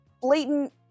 blatant